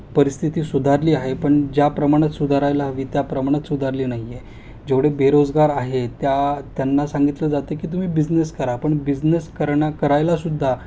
परिस्थिती सुधारली आहे पण ज्या प्रमाणात सुधारायला हवी त्या प्रमाणात सुधारली नाही आहे जेवढे बेरोजगार आहेत त्या त्यांना सांगितलं जातं की तुम्ही बिजनेस करा पण बिजनेस करणं करायलासुद्धा